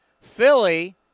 Philly –